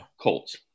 Colts